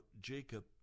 Jacob